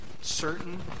certain